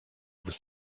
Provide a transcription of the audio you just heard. vous